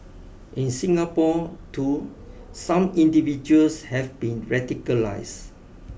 in Singapore too some individuals have been radicalised